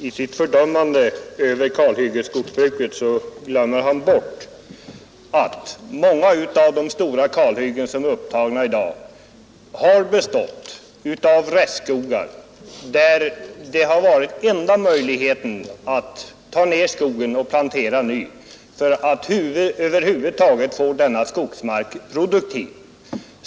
I sitt fördömande av kalhyggesskogsbruket glömmer herr Lövenborg bort att många av de stora kalhyggen som är upptagna i dag har bestått av restskogar, där enda möjligheten att över huvud taget få skogsmarken produktiv har varit att hugga ner skogen och plantera ny skog.